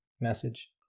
message